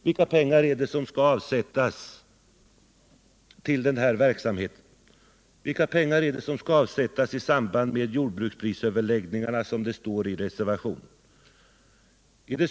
Vilka pengar är det som skall ”avsättas i samband med jordbruksprisöverläggningarna”, som det står i reservationen?